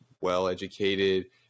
well-educated